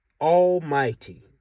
Almighty